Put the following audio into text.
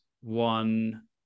one